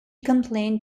complained